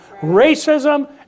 Racism